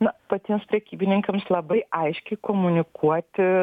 na patiems prekybininkams labai aiškiai komunikuoti